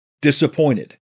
disappointed